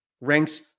ranks